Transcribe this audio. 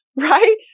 right